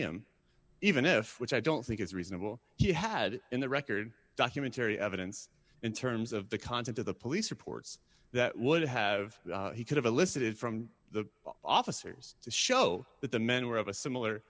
him even if which i don't think is reasonable you had in the record documentarian evidence in terms of the content of the police reports that would have he could have elicited from the officers to show that the men were of a similar